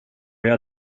jag